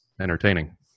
entertaining